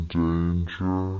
danger